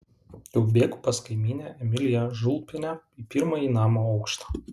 jau bėgu pas kaimynę emiliją žulpienę į pirmąjį namo aukštą